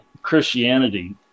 christianity